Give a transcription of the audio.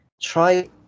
try